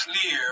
clear